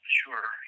sure